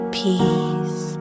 peace